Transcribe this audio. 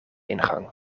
ingang